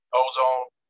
ozone